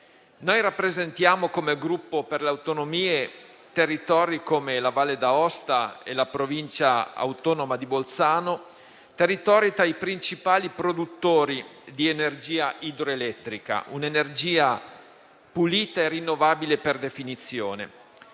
per le Autonomie rappresentiamo territori come la Val d'Aosta e la provincia autonoma di Bolzano, che sono tra i principali produttori di energia idroelettrica, un'energia pulita e rinnovabile per definizione.